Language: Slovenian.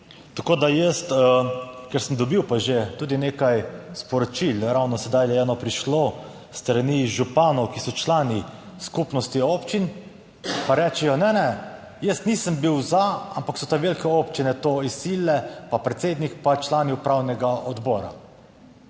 Tako da jaz, ker sem dobil že tudi nekaj sporočil - ravno sedaj eno prišlo - s strani županov, ki so člani skupnosti občin, pa pravijo. "Ne, ne, jaz nisem bil za, ampak so te velike občine to izsilile, pa predsednik, pa člani upravnega odbora."